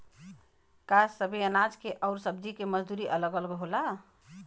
का सबे अनाज के अउर सब्ज़ी के मजदूरी अलग अलग होला?